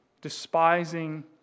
despising